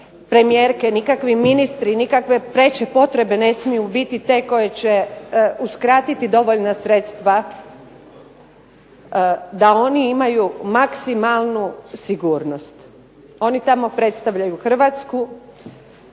premijerke, nikakvi ministri, nikakve preče potrebe ne smiju biti te koje će uskratiti dovoljna sredstva da oni imaju maksimalnu sigurnost. Oni tamo predstavljaju Hrvatsku.